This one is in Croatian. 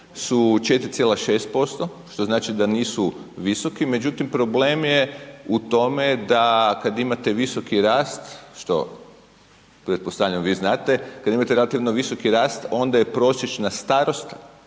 su 4,6%, što znači da nisu visoki, međutim problem je u tome da kad imate visoki rast, što pretpostavljam vi znate, kad imate relativno visoki rast, onda je prosječna starost